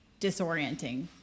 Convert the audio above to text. disorienting